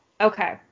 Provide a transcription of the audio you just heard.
Okay